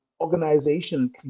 organization